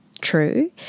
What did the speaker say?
true